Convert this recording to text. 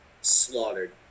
slaughtered